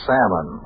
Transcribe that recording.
Salmon